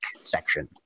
section